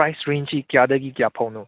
price ꯔꯦꯟꯖꯁꯤ ꯀꯌꯥꯗꯒꯤ ꯀꯌꯥ ꯐꯥꯎꯅꯣ